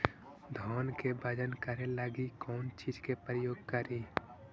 धान के बजन करे लगी कौन चिज के प्रयोग करि?